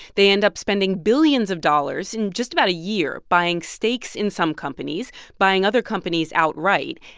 they end up spending billions of dollars in just about a year buying stakes in some companies, buying other companies outright.